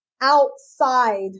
outside